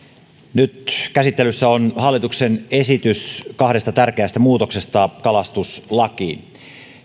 nyt käsittelyssä on hallituksen esitys kahdesta tärkeästä muutoksesta kalastuslakiin